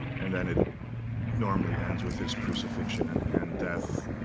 and then it normally ends with his crucifixion and and death.